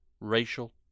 racial